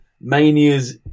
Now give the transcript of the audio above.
Mania's